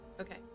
Okay